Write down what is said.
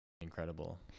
incredible